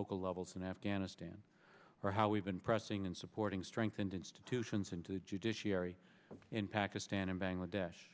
levels in afghanistan for how we've been pressing and supporting strengthened institutions into the judiciary in pakistan and bangladesh